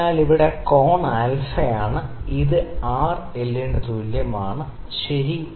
അതിനാൽ ഇവിടെ കോൺ α ആണ് ഇത് R എൽ ന് തുല്യമാണ് ശരി